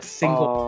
single